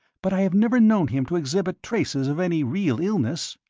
but i have never known him to exhibit traces of any real illness.